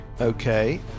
Okay